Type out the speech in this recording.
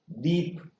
deep